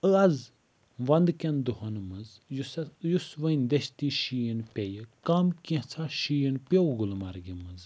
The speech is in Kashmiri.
آز ونٛدٕکیٚن دۄہَن مَنٛز یُس اَتھ یُس وۄنۍ دٔستی شیٖن پیٚیہِ کم کینٛژھاہ شیٖن پیٛو گُلمرگہِ مَنٛز